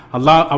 Allah